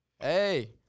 Hey